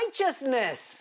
Righteousness